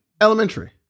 Elementary